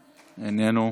איננו,